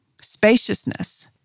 spaciousness